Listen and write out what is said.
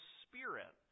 spirit